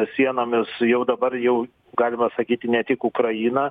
sienomis jau dabar jau galima sakyti ne tik ukraina